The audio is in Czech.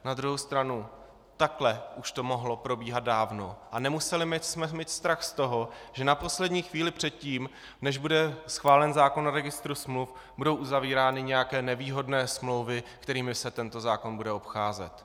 Na druhou stranu, takhle už to mohlo probíhat dávno a nemuseli jsme mít strach z toho, že na poslední chvíli předtím, než bude schválen zákon o registru smluv, budou uzavírány nějaké nevýhodné smlouvy, kterými se tento zákon bude obcházet.